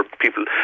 People